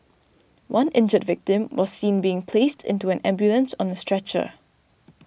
one injured victim was seen being placed into an ambulance on a stretcher